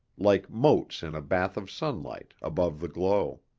like motes in a bath of sunlight, above the glow.